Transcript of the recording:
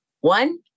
One